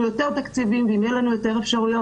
יותר תקציבים ואם יהיו לנו יותר אפשרויות.